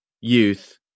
youth